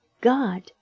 God